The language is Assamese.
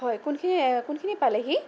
হয় কোনখিনি কোনখিনি পালেহি